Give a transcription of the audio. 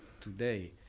today